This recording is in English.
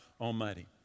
Almighty